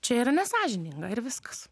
čia yra nesąžininga ir viskas